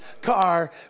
car